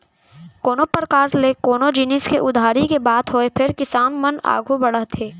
कोनों परकार ले कोनो जिनिस के उधारी के बात होय फेर किसान मन आघू बढ़त हे